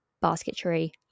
basketry